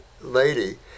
lady